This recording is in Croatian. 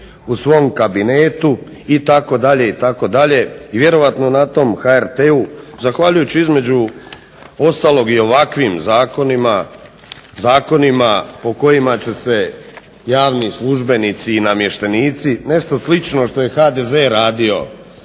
u svom kabinetu itd., itd. i vjerojatno na tom HRT-u, zahvaljujući između ostalog i ovakvim zakonima, zakonima po kojima će se javni službenici i namještenici, nešto slično što je HDZ radio